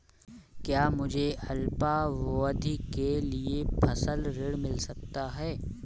क्या मुझे अल्पावधि के लिए फसल ऋण मिल सकता है?